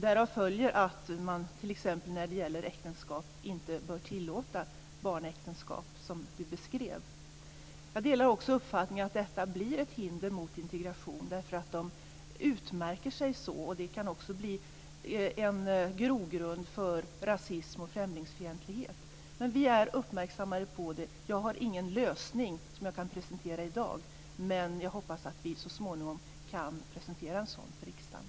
Därav följer att man t.ex. när det gäller äktenskap inte bör tillåta barnäktenskap som Jag delar också uppfattningen att detta blir ett hinder mot integration därför att man utmärker sig så, och det kan också bli en grogrund för rasism och främlingsfientlighet. Men vi är uppmärksammade på det. Jag har ingen lösning som jag kan presentera i dag. Men jag hoppas att vi så småningom kan presentera en sådan för riksdagen.